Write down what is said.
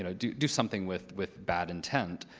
you know do do something with with bad intent.